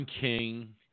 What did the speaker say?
King